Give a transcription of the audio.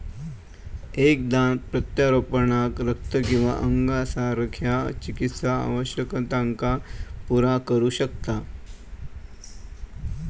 एक दान प्रत्यारोपणाक रक्त किंवा अंगासारख्या चिकित्सा आवश्यकतांका पुरा करू शकता